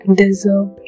deserve